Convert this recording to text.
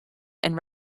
and